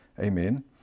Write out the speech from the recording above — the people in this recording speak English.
Amen